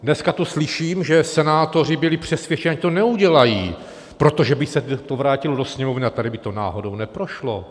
Dneska tu slyším, že senátoři byli přesvědčeni, že to neudělají, protože by se to vrátilo do Sněmovny a tady by to náhodou neprošlo.